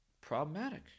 problematic